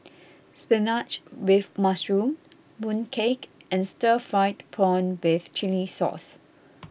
Spinach with Mushroom Mooncake and Stir Fried Prawn with Chili Sauce